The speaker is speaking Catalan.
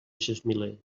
gesmiler